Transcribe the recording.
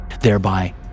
thereby